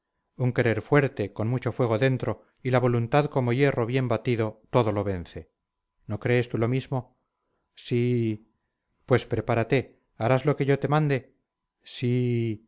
un querer fuerte con mucho fuego dentro y la voluntad como hierro bien batido todo lo vence no crees tú lo mismo sííí pues prepárate harás lo que yo te mande